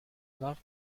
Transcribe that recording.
love